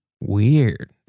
Weird